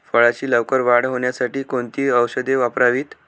फळाची लवकर वाढ होण्यासाठी कोणती औषधे वापरावीत?